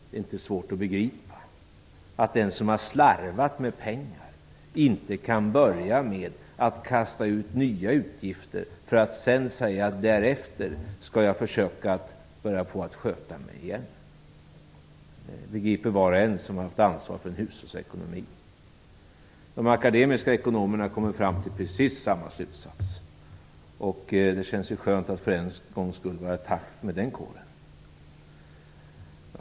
Det är inte svårt att begripa att den som har slarvat med pengar inte kan börja med att kasta ut nya utgifter för att sedan säga att därefter skall jag försöka att börja sköta mig igen. Det begriper var och en som har ansvar för en hushållsekonomi. De akademiska ekonomerna kommer till precis samma slutsats. Det känns skönt att för en gångs skull vara i takt med den kåren.